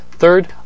Third